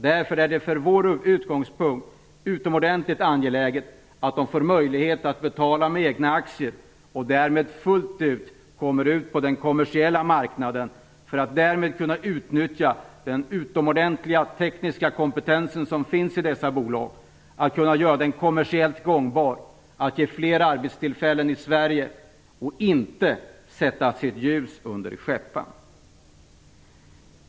Därför är det från vår utgångspunkt utomordentligt angeläget att de får möjlighet att betala med egna aktier, så att de fullt ut kommer ut på den kommersiella marknaden. Därmed kan man utnyttja den utomordentliga tekniska kompetens som finns i dessa bolag, göra den kommersiellt gångbar och ge fler arbetstillfällen i Sverige. Bolagen skall inte sätta sitt ljus under skäppan.